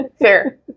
fair